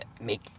make